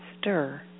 stir